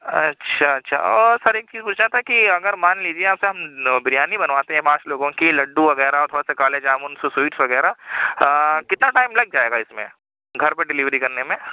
اچھا اچھا اور سر ایک چیز پوچھنا تھا کہ اگر مان لیجیے آپ سے ہم بریانی بنواتے ہیں پانچ لوگوں کی لڈو وغیرہ تھوڑے سے کالے جامن سویٹس وغیرہ کتنا ٹائم لگ جائے گا اس میں گھر پہ ڈلیوری کرنے میں